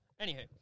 Anywho